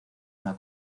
una